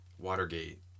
Watergate